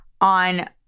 on